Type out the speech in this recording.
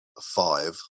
five